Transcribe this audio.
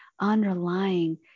underlying